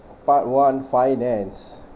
part one finance